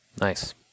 nice